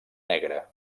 negre